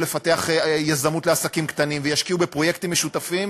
לפתח יזמות לעסקים קטנים וישקיעו בפרויקטים משותפים,